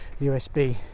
USB